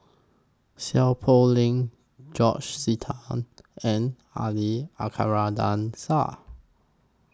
Seow Poh Leng George Sita and Ali Shah